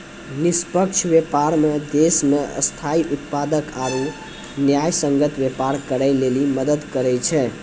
निष्पक्ष व्यापार मे देश मे स्थायी उत्पादक आरू न्यायसंगत व्यापार करै लेली मदद करै छै